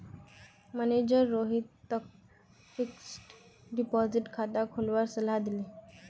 manager रोहितक fixed deposit खाता खोलवार सलाह दिले